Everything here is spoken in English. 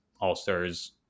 all-stars